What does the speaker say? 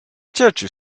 churchill